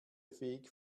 weg